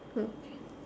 okay